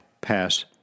pass